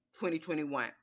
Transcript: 2021